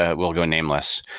ah we'll go nameless,